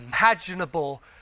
imaginable